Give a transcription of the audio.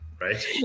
right